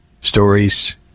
stories